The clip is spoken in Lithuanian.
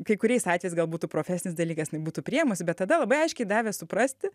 kai kuriais atvejais gal būtų profesinis dalykas jinai būtų priėmusi bet tada labai aiškiai davė suprasti